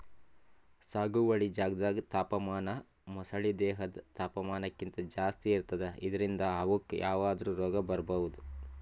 ಸಾಗುವಳಿ ಜಾಗ್ದಾಗ್ ತಾಪಮಾನ ಮೊಸಳಿ ದೇಹದ್ ತಾಪಮಾನಕ್ಕಿಂತ್ ಜಾಸ್ತಿ ಇರ್ತದ್ ಇದ್ರಿಂದ್ ಅವುಕ್ಕ್ ಯಾವದ್ರಾ ರೋಗ್ ಬರ್ಬಹುದ್